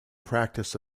practice